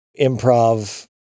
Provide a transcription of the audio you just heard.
improv